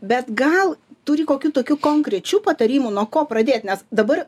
bet gal turi kokių tokių konkrečių patarimų nuo ko pradėt nes dabar